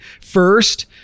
first